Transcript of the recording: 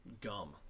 gum